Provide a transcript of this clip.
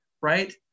right